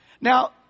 Now